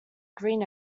green